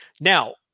Now